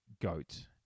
GOAT